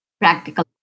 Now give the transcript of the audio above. practical